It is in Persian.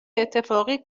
اتفاقی